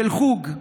של חוג.